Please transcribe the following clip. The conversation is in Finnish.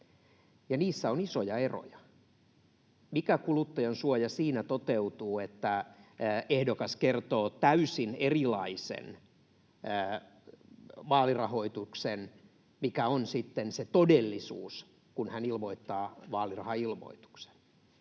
niissä on isoja eroja — niin mikä kuluttajansuoja siinä toteutuu, että ehdokas kertoo täysin erilaisen vaalirahoituksen kuin mikä on sitten se todellisuus, kun hän ilmoittaa vaalirahailmoituksen?